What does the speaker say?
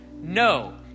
No